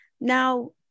Now